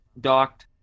docked